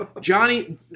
Johnny